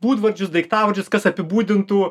būdvardžius daiktavardžius kas apibūdintų